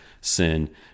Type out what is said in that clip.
sin